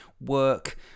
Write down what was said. Work